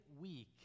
week